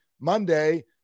Monday